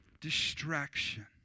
distraction